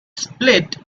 split